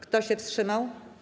Kto się wstrzymał?